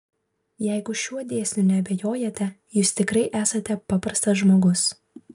jeigu šiuo dėsniu neabejojate jūs tikrai esate paprastas žmogus